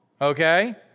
Okay